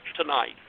tonight